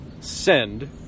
send